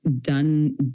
done